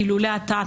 לולא אתה,